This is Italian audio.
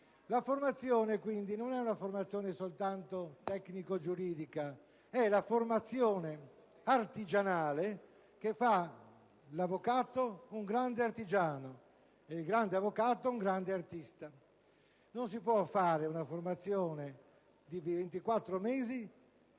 La formazione, quindi, non è una formazione soltanto tecnico‑giuridica; è la formazione artigianale che fa dell'avvocato un grande artigiano e del grande avvocato un grande artista. Non si può fare una formazione di